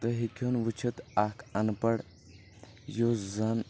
تُہۍ ہیٚکہِ ہون وٕچھِتھ اکھ انپڑ یُس زَن